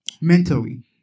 mentally